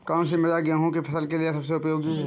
कौन सी मृदा गेहूँ की फसल के लिए सबसे उपयोगी है?